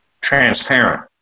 transparent